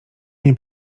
nie